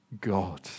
God